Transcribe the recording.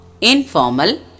informal